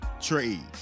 trades